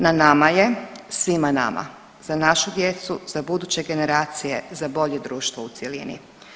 Na nama je, svima nama za našu djecu, za buduće generacije, za bolje društvo u cjelini.